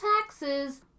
taxes